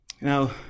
Now